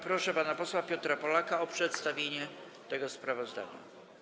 Proszę pana posła Piotra Polaka o przedstawienie tego sprawozdania.